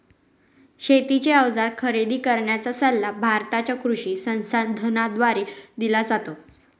शेतीचे अवजार खरेदी करण्याचा सल्ला भारताच्या कृषी संसाधनाद्वारे दिला जातो